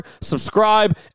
subscribe